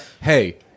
hey